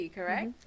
Correct